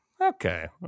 Okay